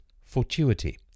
Fortuity